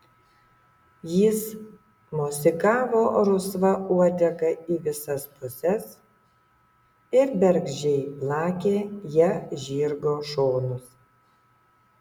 jis mosikavo rusva uodega į visas puses ir bergždžiai plakė ja žirgo šonus